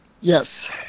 Yes